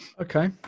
okay